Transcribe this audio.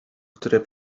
które